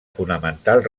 fonamental